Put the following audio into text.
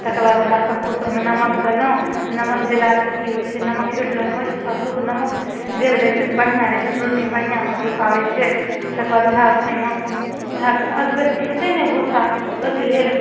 तकरबाद ओएह पशुके ओहिमे नमक देलहुॅं नमक देलासँ की होइ छै नमक छिटलहुॅं ओहिमे पशुके नमक देल रहै छै तऽ बढ़िऑं रहै छै प्रोटीन बढ़िऑं पशुके आबै छै तकरबाद ओएह ओहिमे ओहए के अगबे तऽ खेतै नहि भूसा ओहिके लेल